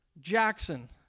Jackson